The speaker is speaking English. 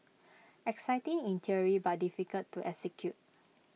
exciting in theory but difficult to execute